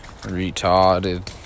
retarded